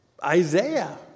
Isaiah